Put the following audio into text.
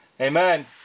amen